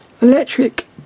electric